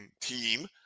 team